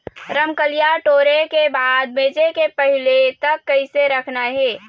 रमकलिया टोरे के बाद बेंचे के पहले तक कइसे रखना हे?